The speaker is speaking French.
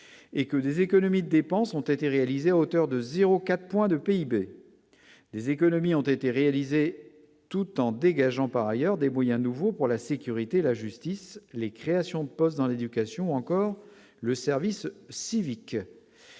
et que des économies dépenses ont été réalisés à hauteur de 0 4 point de PIB des économies ont été réalisées, tout en dégageant par ailleurs des moyens nouveaux pour la sécurité et la justice, les créations de postes dans l'éducation ou encore le service civique.